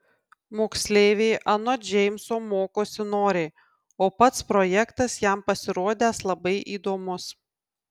moksleiviai anot džeimso mokosi noriai o pats projektas jam pasirodęs labai įdomus